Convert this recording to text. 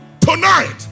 Tonight